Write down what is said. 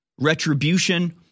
retribution